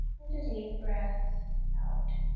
and a deep breath out